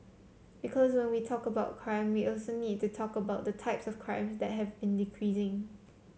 because when we talk about crime we also need to talk about the types of crimes that have been decreasing